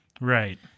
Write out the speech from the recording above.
Right